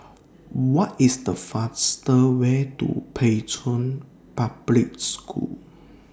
What IS The faster Way to Pei Chun Public School